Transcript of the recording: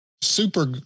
super